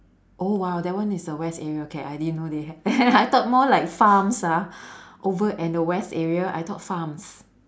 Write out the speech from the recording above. oh !wow! that one is the west area okay I didn't know they had I thought more like farms ah over at the west area I thought farms